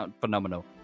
phenomenal